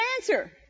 answer